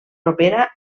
propera